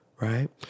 right